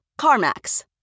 CarMax